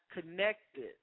connected